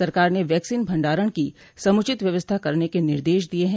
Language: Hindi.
सरकार ने वैक्सीन भंडारण की समुचित व्यवस्था करने के निर्देश दिये हैं